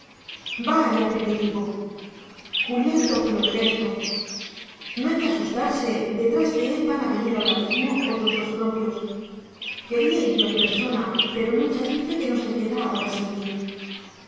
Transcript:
allá primitivo julián torció el gesto no hay que asustarse detrás de él van a salir ahora mismo otros dos propios quería ir yo en persona pero nucha dice que no se queda ahora sin mí